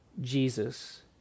Jesus